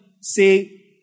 say